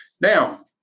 Now